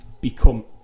become